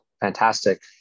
Fantastic